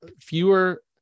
fewer